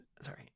sorry